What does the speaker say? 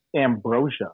Ambrosia